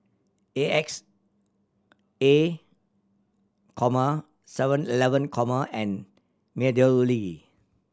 A X A comma Seven Eleven comma and MeadowLea